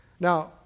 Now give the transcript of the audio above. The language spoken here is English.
Now